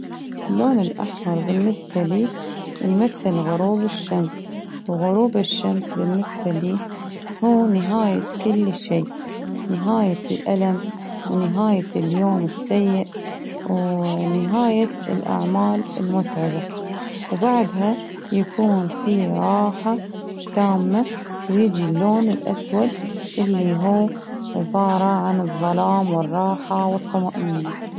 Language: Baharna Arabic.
اللون الأحمر بالنسبة لي يمثل غروب الشمس، وغروب الشمس بالنسبة لي هو نهاية كل شيء، نهاية الألم ونهاية اليوم السيء، ونهاية الأعمال المتعبة، وبعدها يكون في راحة تامة، ويجي اللون الأسود اللي هو عبارة عن الظلام والراحة والطمأنينة.